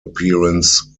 appearance